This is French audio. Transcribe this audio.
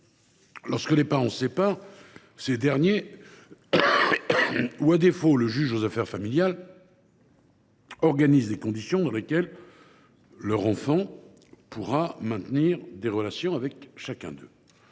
Quand les parents se séparent, ces derniers ou, à défaut, le juge aux affaires familiales, organisent les conditions dans lesquelles leur enfant pourra maintenir des relations avec chacun d’eux.